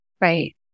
Right